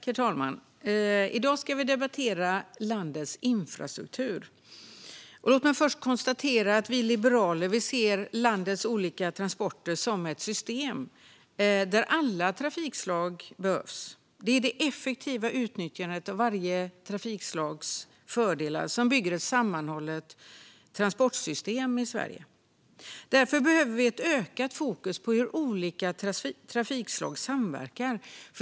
Herr talman! I dag ska vi debattera landets infrastruktur. Låt mig först konstatera att vi liberaler ser landets olika transporter som ett system där alla trafikslag behövs. Det är det effektiva utnyttjandet av varje trafikslags fördelar som bygger ett sammanhållet transportsystem i Sverige. Därför behöver vi ett ökat fokus på hur olika trafikslag samverkar.